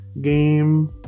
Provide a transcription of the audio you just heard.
game